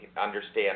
understand